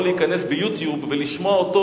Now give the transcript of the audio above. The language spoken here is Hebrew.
יכול להיכנס ל- YouTubeולשמוע אותו